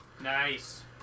Nice